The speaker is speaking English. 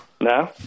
No